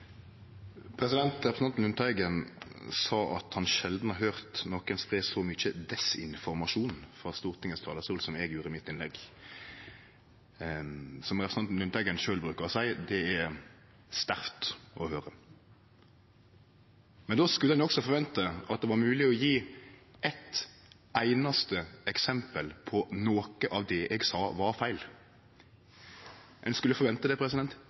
Representanten Lundteigen sa at han sjeldan har høyrt nokon spreie så mykje desinformasjon frå Stortingets talarstol som eg gjorde i innlegget mitt. Som representanten Lundteigen sjølv bruker å seie: Det er sterkt å høyre. Men då skulle ein også forvente at det var mogleg å gje eitt einaste eksempel på at noko av det eg sa, var feil. Ein skulle forvente det,